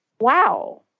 wow